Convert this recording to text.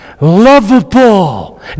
lovable